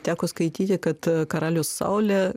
teko skaityti kad karalius saulė